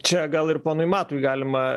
čia gal ir ponui matui galima